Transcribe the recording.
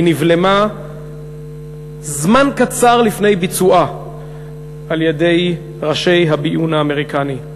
היא נבלמה זמן קצר לפני ביצועה על-ידי ראשי הביון האמריקני.